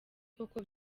koko